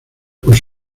por